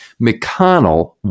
McConnell